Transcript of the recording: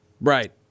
Right